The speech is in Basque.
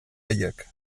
haiek